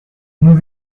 nous